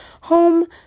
home